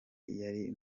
yari